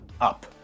up